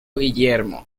guillermo